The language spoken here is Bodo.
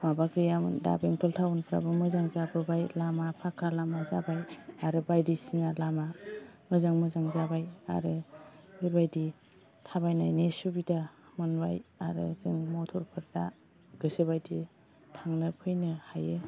माबा गैयामोन दा बेंटल टाउनफ्राबो मोजां जाबोबाय लामा फाखा लामा जाबाय आरो बायदिसिना लामा मोजां मोजां जाबाय आरो बेबायदि थाबायनायनि सुबिदा मोनबाय आरो जों मटरफोर दा गोसो बायदि थांनो फैनो हायो